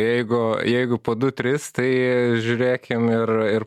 jeigu jeigu po du tris tai žiūrėkim ir ir